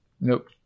Nope